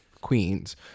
Queens